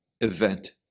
event